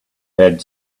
had